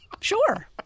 Sure